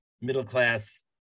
middle-class